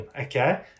okay